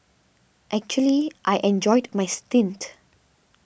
actually I enjoyed my stint